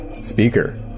Speaker